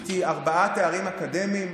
עשיתי ארבעה תארים אקדמיים.